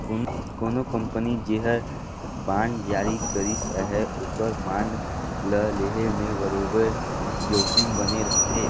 कोनो कंपनी जेहर बांड जारी करिस अहे ओकर बांड ल लेहे में बरोबेर जोखिम बने रहथे